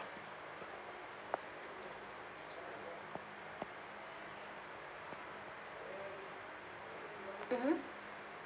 mmhmm